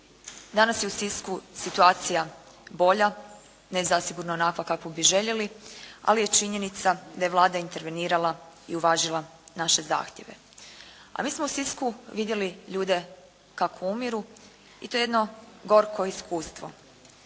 Danas je u Sisku situacija bolja, ne zasigurno onakva kakvu bi željeli, ali je činjenica da je Vlada intervenirala i uvažila naše zahtjeve. A mi smo u Sisku vidjeli ljude kako umiru i to je jedno gorko iskustvo.